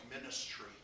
ministry